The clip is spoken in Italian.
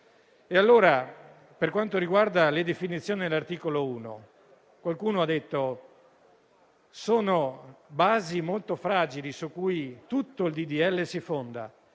Per quanto riguarda le definizioni dell'articolo 1, qualcuno ha detto che sono basi molto fragili su cui tutto il disegno di